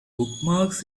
bookmarks